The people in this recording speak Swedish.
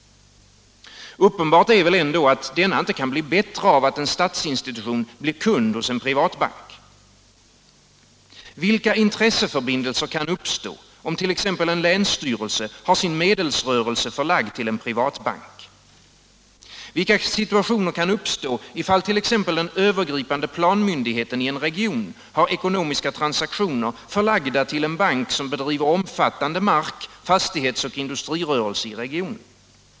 Uppenbart är väl ändå, att denna inte kan bli bättre av att en statsinstitution blir kund hos en privatbank. Vilka intresseförbindelser kan uppstå, om t.ex. en länsstyrelse har sin medelsrörelse förlagd till en privatbank? Vilka situationer kan då uppstå, ifall t.ex. den övergripande planmyndigheten i en region har ekonomiska transaktioner förlagda till en bank, som bedriver en omfattande mark-, fastighets och industrirörelse i regionen?